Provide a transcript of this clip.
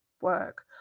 work